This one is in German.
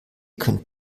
könnt